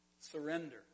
Surrender